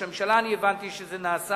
הבנתי שזה נעשה